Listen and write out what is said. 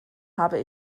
habe